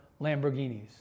Lamborghinis